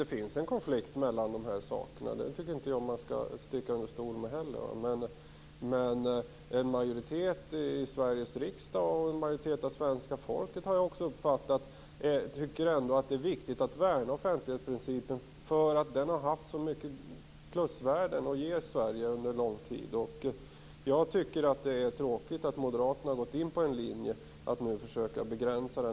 Jag tycker inte att man skall sticka under stol med att det finns en konflikt mellan de här sakerna. En majoritet i Sveriges riksdag och en majoritet av svenska folket tycker ändå att det är viktigt att värna offentlighetsprincipen, eftersom den haft så stora plusvärden för Sverige under en lång tid. Jag tycker att det är tråkigt att moderaterna nu börjat följa linjen att i stället försöka begränsa den.